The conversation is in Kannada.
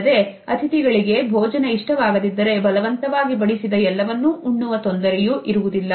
ಅಲ್ಲದೆ ಅತಿಥಿಗಳಿಗೆ ಭೋಜನ ಇಷ್ಟವಾಗದಿದ್ದರೆ ಬಲವಂತವಾಗಿ ಬಡಿಸಿದ ಎಲ್ಲವನ್ನು ಉಣ್ಣುವ ತೊಂದರೆಯೂ ಇರುವುದಿಲ್ಲ